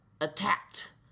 attacked